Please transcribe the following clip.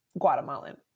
Guatemalan